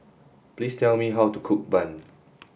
please tell me how to cook bun